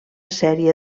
sèrie